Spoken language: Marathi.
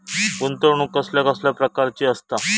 गुंतवणूक कसल्या कसल्या प्रकाराची असता?